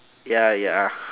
ya ya